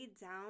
down